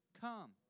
come